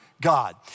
God